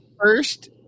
first